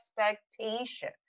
expectation